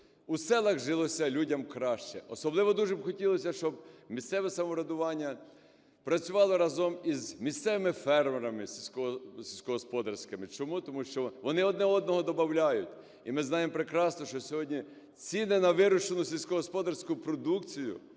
у селах жилося людям краще. Особливо дуже б хотілося, щоб місцеве самоврядування працювало разом із місцевими фермерами сільськогосподарськими. Чому? Тому що вони одне одного добавляють. І ми знаємо прекрасно, що сьогодні ціни на вирощену сільськогосподарську продукцію